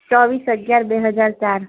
ચોવીસ અગિયાર બે હજાર ચાર